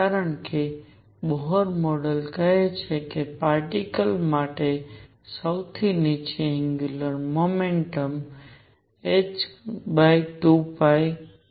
કારણ કે Bohr model કહે છે કે પાર્ટીકલ માટે સૌથી નીચી એંગ્યુલર મોમેન્ટમ h2 છે